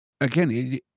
again